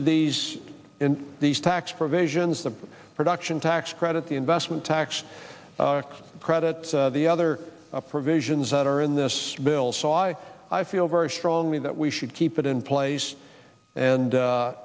these in these tax provisions the production tax credit the investment tax credit the other provisions that are in the bill so i feel very strongly that we should keep it in place and